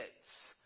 kids